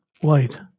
White